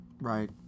Right